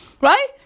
Right